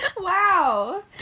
Wow